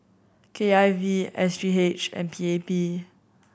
K I V S G H and P A P